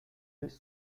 this